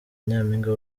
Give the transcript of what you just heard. nyampinga